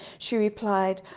she replied,